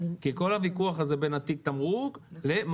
כי כל הוויכוח הזה הוא בין תיק התמרוק למאגר.